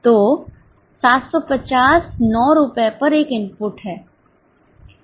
तो 750 9 रुपये पर एक इनपुट है